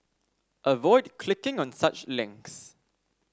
avoid clicking on such links